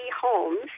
homes